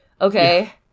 Okay